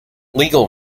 legal